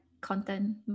content